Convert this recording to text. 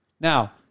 Now